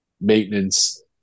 maintenance